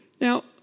Now